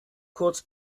kurz